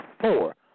Four